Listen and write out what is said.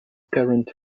current